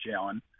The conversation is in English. Jalen